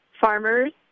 farmers